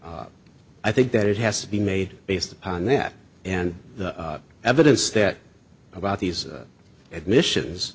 i think that it has to be made based upon that and the evidence that about these admissions